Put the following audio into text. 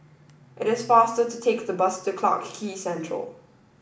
it is faster to take the bus to Clarke Quay Central